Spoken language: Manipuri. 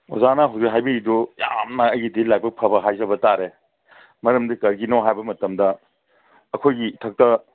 ꯑꯣꯖꯥꯅ ꯍꯧꯖꯤꯛ ꯍꯥꯏꯕꯤꯔꯤꯗꯨ ꯌꯥꯝꯅ ꯑꯩꯒꯤꯗꯤ ꯂꯥꯏꯕꯛ ꯐꯕ ꯍꯥꯏꯖꯕ ꯇꯥꯔꯦ ꯃꯔꯝꯗꯤ ꯀꯩꯒꯤꯅꯣ ꯍꯥꯏꯕ ꯃꯇꯝꯗ ꯑꯩꯈꯣꯏꯒꯤ ꯏꯊꯛꯇ